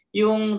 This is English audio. yung